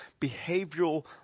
behavioral